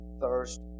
thirst